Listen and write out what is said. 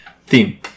Theme